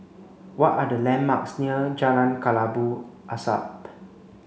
what are the landmarks near Jalan Kelabu Asap